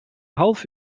half